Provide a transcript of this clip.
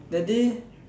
that day